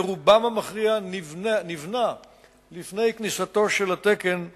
ורובם המכריע נבנה לפני כניסתו של התקן לתוקף.